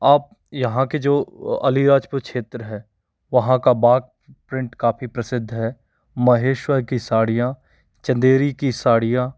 आप यहाँ के जो अली राजपुर क्षेत्र है वहाँ का बाघ प्रिन्ट काफ़ी प्रसिद्ध है महेश्वर की साड़ियाँ चंदेरी की साड़ियाँ